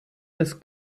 des